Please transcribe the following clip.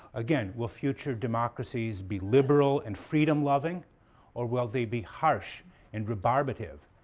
again, will future democracies be liberal and freedom loving or will they be harsh and rebarbative?